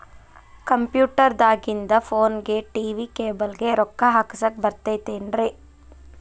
Computer ದಾಗಿಂದ್ ಫೋನ್ಗೆ, TV cable ಗೆ, ರೊಕ್ಕಾ ಹಾಕಸಾಕ್ ಬರತೈತೇನ್ರೇ?